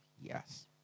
Yes